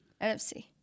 NFC